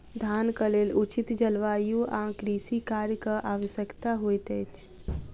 धानक लेल उचित जलवायु आ कृषि कार्यक आवश्यकता होइत अछि